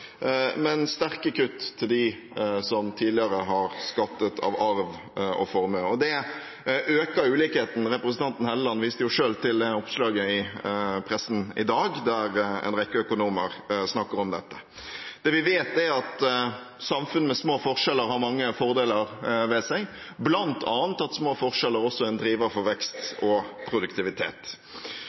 men sterke kutt til dem som tidligere har skattet av arv og formue, og det øker ulikheten. Representanten Helleland viste selv til oppslaget i pressen i dag, der en rekke økonomer snakker om dette. Det vi vet, er at samfunn med små forskjeller har mange fordeler ved seg, bl.a. at små forskjeller også er en driver for vekst og produktivitet.